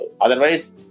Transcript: otherwise